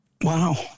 Wow